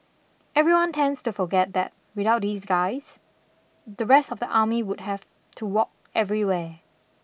everyone tends to forget that without these guys the rest of the army would have to walk everywhere